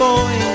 boy